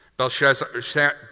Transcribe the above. Belshazzar